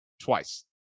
twice